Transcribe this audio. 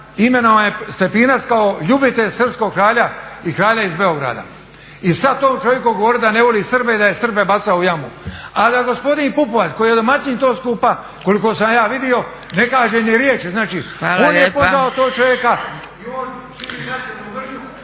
imenovan je Stepinac kao ljubitelj srpskog kralja i kralja iz Beograda. I sada tom čovjeku govoriti da ne voli Srbe i da je Srbe bacao u jamu. A da gospodin Pupovac koji je domaćin tog skupa koliko sam ja vidio ne kaže ni riječi. Znači on je pozvao tog čovjeka i on širi nacionalnu